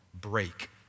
break